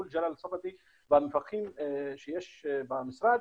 מול ג'לאל ספדי והמפקחים שיש במשרד,